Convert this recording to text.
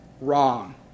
wrong